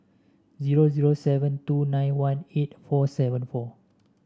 zero zero seven two nine one eight four seven four